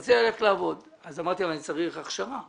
רציתי לעבוד אבל אמרתי שאני צריך הכשרה.